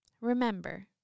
Remember